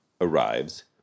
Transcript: arrives